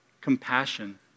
compassion